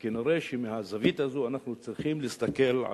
וכנראה אנחנו צריכים להסתכל על